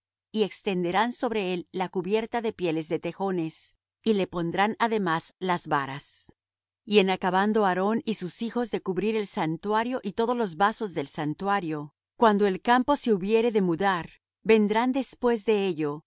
y extenderán sobre él la cubierta de pieles de tejones y le pondrán además las varas y en acabando aarón y sus hijos de cubrir el santuario y todos los vasos del santuario cuando el campo se hubiere de mudar vendrán después de ello